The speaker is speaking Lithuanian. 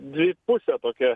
dvipusė tokia